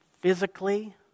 physically